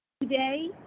today